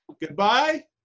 goodbye